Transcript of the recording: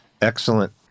Excellent